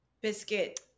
biscuit